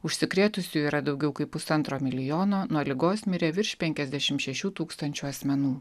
užsikrėtusiųjų yra daugiau kaip pusantro milijono nuo ligos mirė virš penkiasdešimt šešių tūkstančių asmenų